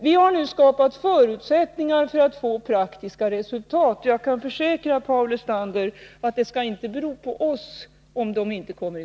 Vi har nu 59 skapat förutsättningar för att få praktiska resultat, och jag kan försäkra Paul Lestander att det inte skall bero på oss om projekten inte kommer i